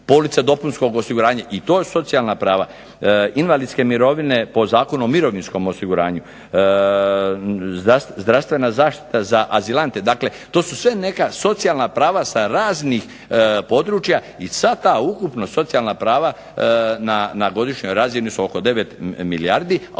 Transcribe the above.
polica dopunskog osiguranja, i to socijalna prava, invalidske mirovine po Zakonu o mirovinskom osiguranju, zdravstvena zaštita za azilante. Dakle to su sve neka socijalna prava sa raznih područja, i sva ta ukupno socijalna prava na godišnjoj razini su oko 9 milijardi,